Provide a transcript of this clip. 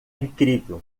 incrível